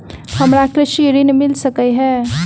हमरा कृषि ऋण मिल सकै है?